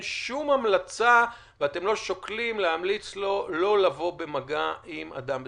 אין שום המלצה ואתם לא שוקלים להמליץ לו שלא לבוא במגע עם אדם בסיכון.